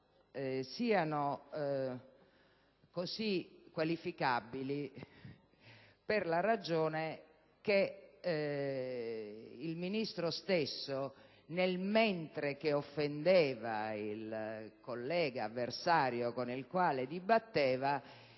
siano così qualificabili per la ragione che il Ministro stesso, mentre offendeva il collega avversario con il quale dibatteva,